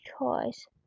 choice